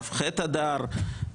כ"ח אדר,